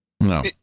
no